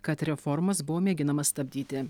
kad reformas buvo mėginama stabdyti